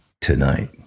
tonight